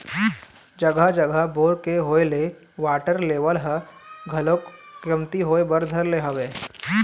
जघा जघा बोर के होय ले वाटर लेवल ह घलोक कमती होय बर धर ले हवय